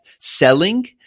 selling